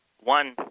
one